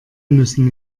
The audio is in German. müssen